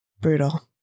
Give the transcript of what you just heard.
brutal